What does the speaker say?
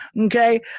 Okay